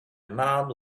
mouth